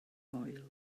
moel